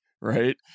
right